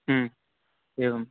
एवं